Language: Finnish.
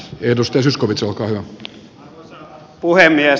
arvoisa herra puhemies